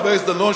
חבר הכנסת דנון,